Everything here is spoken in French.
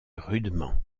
rudement